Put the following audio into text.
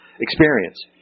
experience